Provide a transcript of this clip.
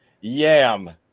Yam